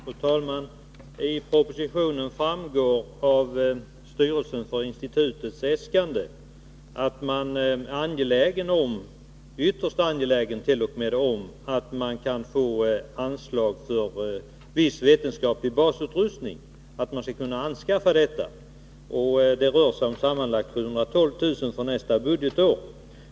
Fru talman! Av propositionen framgår att styrelsen för institutet är angelägen om — ytterst angelägen t.o.m. — att få anslag för anskaffning av viss vetenskaplig basutrustning. Det rör sig om sammanlagt 712 000 kr. för nästa budgetår.